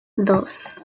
dos